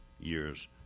years